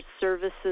services